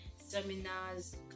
seminars